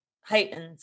heightened